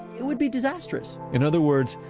it would be disastrous. in other words,